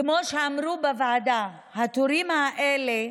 כמו שאמרו בוועדה, התורים האלה,